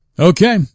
Okay